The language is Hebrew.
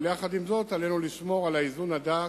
אבל עם זאת, אנחנו חייבים לשמור על האיזון הדק